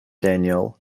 daniel